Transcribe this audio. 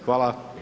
Hvala.